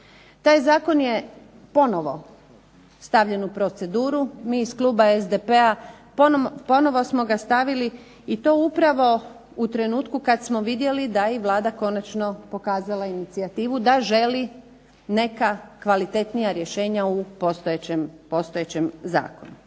Taj Zakon je ponovno stavljen u proceduru, mi iz Kluba SDP-a ponovno smo ga stavili i to upravo u trenutku kada smo vidjeli da je Vlada konačno pokazala inicijativu da želi neka kvalitetnija rješenja u postojećem Zakonu.